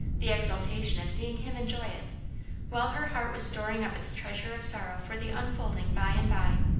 the exultation of seeing him enjoy it while her heart was storing up its treasure of sorrow for the unfolding by and by,